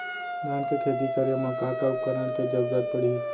धान के खेती करे मा का का उपकरण के जरूरत पड़हि?